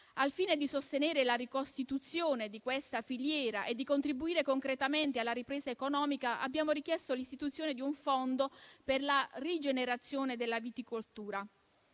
Al fine di sostenere la ricostituzione di questa filiera e di contribuire concretamente alla ripresa economica, abbiamo richiesto l'istituzione di un fondo per la rigenerazione della viticoltura.